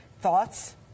Thoughts